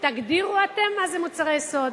תגדירו אתם מה זה מוצרי יסוד,